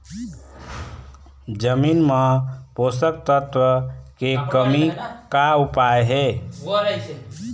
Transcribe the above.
जमीन म पोषकतत्व के कमी का उपाय हे?